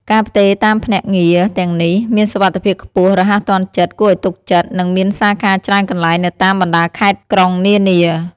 ការផ្ទេរតាមភ្នាក់ងារទាំងនេះ មានសុវត្ថិភាពខ្ពស់ រហ័សទាន់ចិត្ត គួរឱ្យទុកចិត្ត និងមានសាខាច្រើនកន្លែងនៅតាមបណ្ដាខេត្តក្រុងនានា។